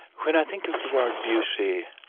when i think of the word beauty,